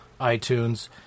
iTunes